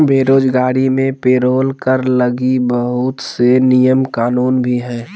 बेरोजगारी मे पेरोल कर लगी बहुत से नियम कानून भी हय